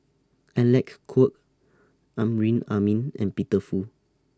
Alec Kuok Amrin Amin and Peter Fu